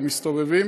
הם מסתובבים.